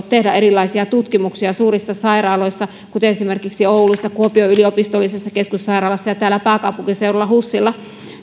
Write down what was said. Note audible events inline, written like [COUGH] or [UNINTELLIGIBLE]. [UNINTELLIGIBLE] tehdä erilaisia tutkimuksia suurissa sairaaloissa kuten esimerkiksi oulussa kuo pion yliopistollisessa keskussairaalassa ja täällä pääkaupunkiseudulla husissa